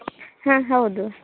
ಹಾಂ ಹೌದು